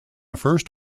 first